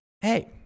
Hey